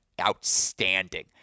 outstanding